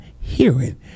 hearing